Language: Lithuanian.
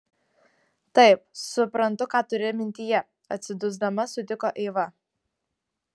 taip suprantu ką turi mintyje atsidusdama sutiko eiva